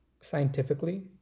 scientifically